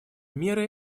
меры